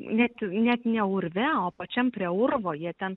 net net ne urve o pačiam prie urvo jie ten